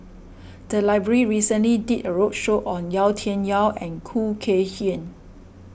the library recently did a roadshow on Yau Tian Yau and Khoo Kay Hian